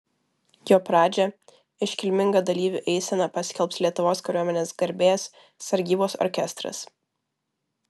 jo pradžią iškilminga dalyvių eisena paskelbs lietuvos kariuomenės garbės sargybos orkestras